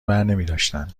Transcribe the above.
برنمیداشتن